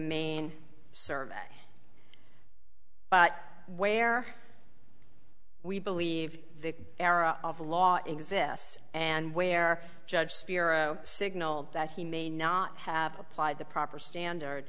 main service but where we believe the era of law exists and where judge spiro signaled that he may not have applied the proper standard